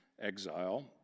exile